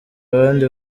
abandi